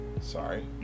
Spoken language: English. Sorry